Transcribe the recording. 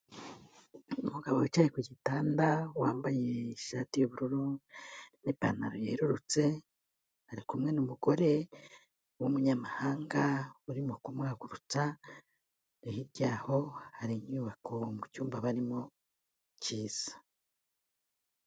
Umugabo wicaye ku gitanda, wambaye ishati y'ubururu n'ipantaro yerurutse. Ari kumwe n'umugore w'umunyamahanga urimo kumuhagurutsa, hirya yaho hari inyubako mu cyumba barimo cyiza.